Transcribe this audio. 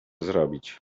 zrobić